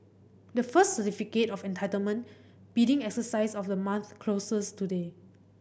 the first Certificate of Entitlement bidding exercise of the month closes today